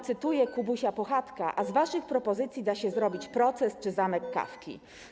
Cytuję wam „Kubusia Puchatka”, a z waszych propozycji da się zrobić „Proces” czy „Zamek” Kafki.